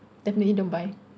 definitely don't buy